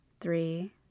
three